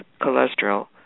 cholesterol